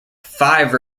five